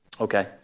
Okay